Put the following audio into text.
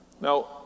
Now